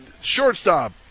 shortstop